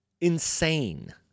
insane